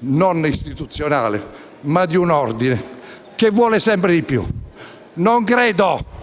non istituzionale ma di un ordine che vuole sempre di più. Non credo